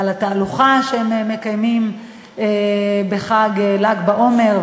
בתהלוכה שהם מקיימים בל"ג בעומר,